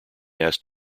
asked